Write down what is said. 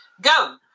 go